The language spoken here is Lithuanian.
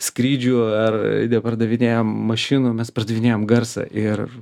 skrydžių ar nepardavinėjam mašinų mes pardavinėjam garsą ir